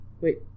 Wait